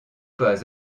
pas